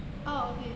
orh okay